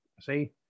See